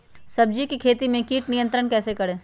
सब्जियों की खेती में कीट नियंत्रण कैसे करें?